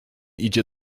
idzie